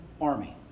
army